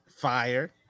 fire